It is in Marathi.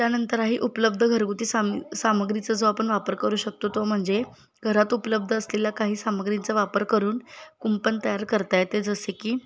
त्यानंतरही उपलब्ध घरगुती साम सामुग्रीचा जो आपण वापर करू शकतो तो म्हणजे घरात उपलब्ध असलेला काही सामग्रींचा वापर करून कुंपण तयार करता येते जसे की